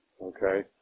Okay